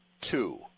two